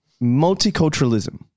Multiculturalism